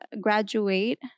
graduate